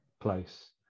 place